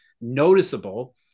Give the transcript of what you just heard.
noticeable